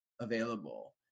available